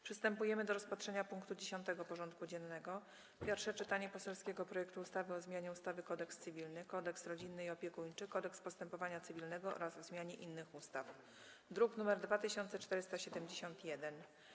Przystępujemy do rozpatrzenia punktu 10. porządku dziennego: Pierwsze czytanie poselskiego projektu ustawy o zmianie ustawy Kodeks cywilny, Kodeks rodzinny i opiekuńczy, Kodeks postępowania cywilnego oraz o zmianie innych ustaw (druk nr 2471)